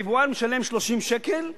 היבואן משלם 30 שקלים,